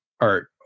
art